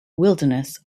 wilderness